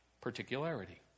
particularity